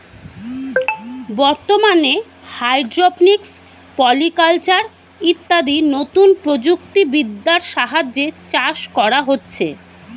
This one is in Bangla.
বর্তমানে হাইড্রোপনিক্স, পলিকালচার ইত্যাদি নতুন প্রযুক্তি বিদ্যার সাহায্যে চাষ করা হচ্ছে